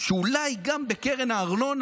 שאולי גם בקרן הארנונה,